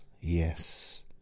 yes